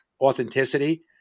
authenticity